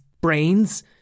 brains